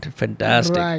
fantastic